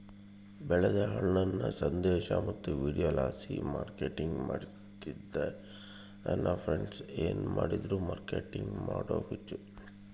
ಬೆಳೆದ ಹಣ್ಣನ್ನ ಸಂದೇಶ ಮತ್ತು ವಿಡಿಯೋಲಾಸಿ ಮಾರ್ಕೆಟಿಂಗ್ ಮಾಡ್ತಿದ್ದೆ ನನ್ ಫ್ರೆಂಡ್ಸ ಏನ್ ಮಾಡಿದ್ರು ಮಾರ್ಕೆಟಿಂಗ್ ಮಾಡೋ ಹುಚ್ಚು